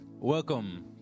welcome